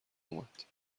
اومد